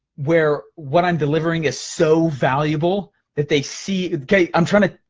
where what i'm delivering is so valuable that they see, kay, i'm trying to.